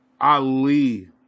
Ali